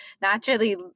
naturally